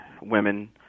women